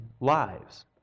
lives